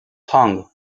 tongue